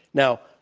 now,